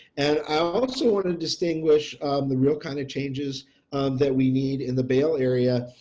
and i also want to distinguish the real kind of changes that we need in the bail area.